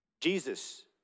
Jesus